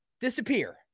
disappear